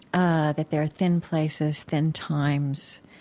ah that there are thin places, thin times,